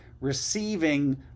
receiving